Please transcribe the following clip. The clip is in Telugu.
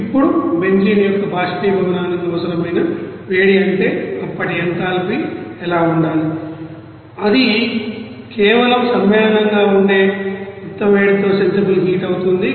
ఇప్పుడు బెంజీన్ యొక్క బాష్పీభవనానికి అవసరమైన వేడి అంటే అప్పటి ఎంథాల్పీ ఎలా ఉండాలి అది కే వలం సమ్మేళనంగా ఉండే గుప్త వేడితో సెన్సిబుల్ హీట్ అవుతుంది